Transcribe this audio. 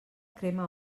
crema